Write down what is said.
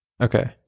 okay